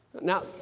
Now